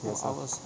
yes ah